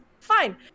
fine